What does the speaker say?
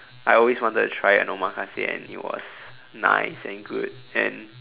I always wanted to try an omakase and it was nice and good and